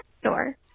store